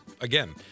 again